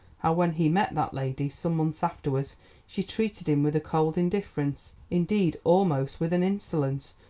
how when he met that lady some months afterwards she treated him with a cold indifference, indeed almost with an insolence,